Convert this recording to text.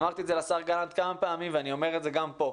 אמרתי את זה לשר גלנט כמה פעמים ואני אומר את זה גם פה,